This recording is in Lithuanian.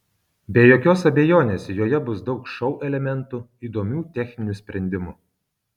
be jokios abejonės joje bus daug šou elementų įdomių techninių sprendimų